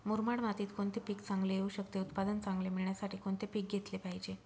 मुरमाड मातीत कोणते पीक चांगले येऊ शकते? उत्पादन चांगले मिळण्यासाठी कोणते पीक घेतले पाहिजे?